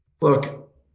Look